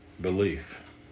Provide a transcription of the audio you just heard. Belief